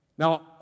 Now